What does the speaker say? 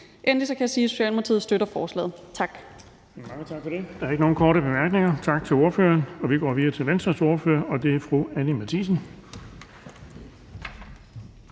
Endelig kan jeg sige, at Socialdemokratiet støtter forslaget. Tak.